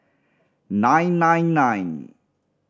nine nine nine